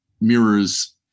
mirrors